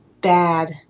bad